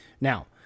Now